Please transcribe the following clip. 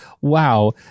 wow